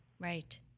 Right